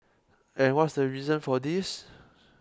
and what's the reason for this